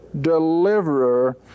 deliverer